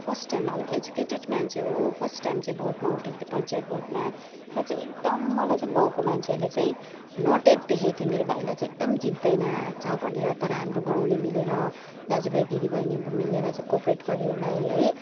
first time अब educated मान्छे हो फर्स्ट टाइम चाहिँ भोटमा उठेको थियो पञ्चायत भोटमा र चाहिँ एकदम मलाई चाहिँ गाउँको मान्छेहरूले चाहिँ नोटेड देखेको थियो मेरो भाइलाई चाहिँ एकदम जित्दैन हार्छ भनेर तर हाम्रो गाउँले मिलेर दाजु भाइ दिदी बहिनी मिलेर चाहिँ कोअपरेट गऱ्यो उसलाई है